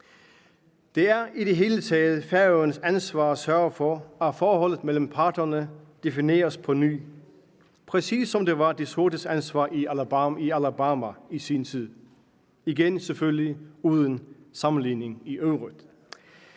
Det er i det hele taget Færøernes ansvar at sørge for, at forholdet mellem parterne defineres på ny, præcis som det var de sortes ansvar i Alabama i sin tid, igen selvfølgelig uden sammenligning i øvrigt.